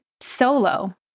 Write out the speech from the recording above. solo